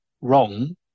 wrong